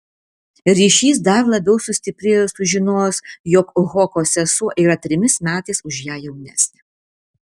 ryšys dar labiau sustiprėjo sužinojus jog hoko sesuo yra trimis metais už ją jaunesnė